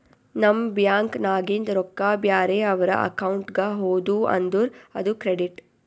ನಮ್ ಬ್ಯಾಂಕ್ ನಾಗಿಂದ್ ರೊಕ್ಕಾ ಬ್ಯಾರೆ ಅವ್ರ ಅಕೌಂಟ್ಗ ಹೋದು ಅಂದುರ್ ಅದು ಕ್ರೆಡಿಟ್